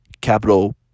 capital